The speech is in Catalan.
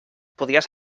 podries